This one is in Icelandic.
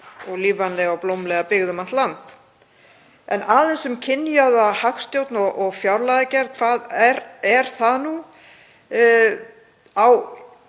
og lífvænlega og blómlega byggð um allt land. En aðeins um kynjaða hagstjórn og fjárlagagerð. Hvað er það nú?